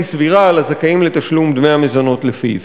סבירה על הזכאים לתשלום דמי המזונות לפיו.